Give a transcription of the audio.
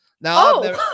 now